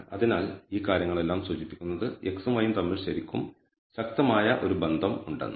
അതിനാൽ ഈ കാര്യങ്ങളെല്ലാം സൂചിപ്പിക്കുന്നത് x ഉം y ഉം തമ്മിൽ ശരിക്കും ശക്തമായ ഒരു ബന്ധം ഉണ്ടെന്നാണ്